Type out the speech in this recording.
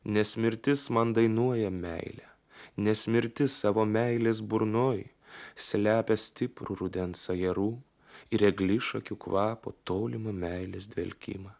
nes mirtis man dainuoja meilę nes mirtis savo meilės burnoj slepia stiprų rudens ajerų ir eglišakių kvapo tolimu meilės dvelkimą